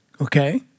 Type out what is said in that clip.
Okay